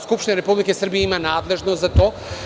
Skupština Republike Srbije ima nadležnost za to.